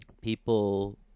people